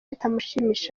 bitamushimishije